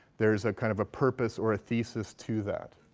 there's a kind of a purpose or thesis to that.